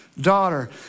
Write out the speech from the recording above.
daughter